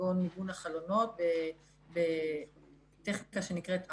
כגון מיגון החלונות בטכניקה שנקראת "ארפל".